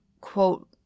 quote